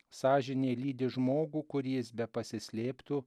sąžinė lydi žmogų kur jis bepasislėptų